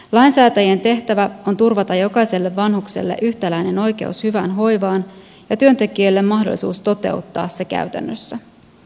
lainsäätäjien tehtävä on turvata jokaiselle vanhukselle yhtäläinen oikeus hyvään hoivaan ja työntekijöille mahdollisuus toteuttaa se käytännössä